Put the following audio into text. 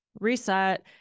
reset